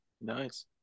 Nice